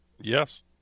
Yes